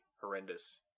horrendous